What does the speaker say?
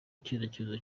icyerekezo